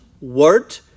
word